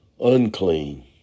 unclean